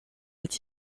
est